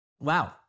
Wow